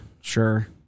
sure